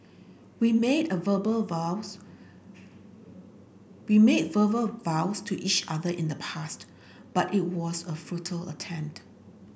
we made verbal vows we made verbal vows to each other in the past but it was a futile attempt